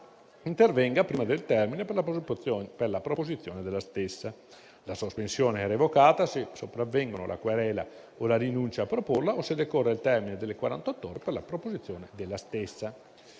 intervenga prima del termine per la proposizione della stessa. La sospensione è revocata se sopravvengono la querela o la rinuncia a proporla o se decorre il termine delle quarantott'ore per la proposizione della stessa.